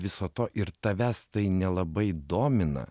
viso to ir tavęs tai nelabai domina